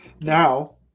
now